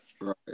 Right